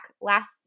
last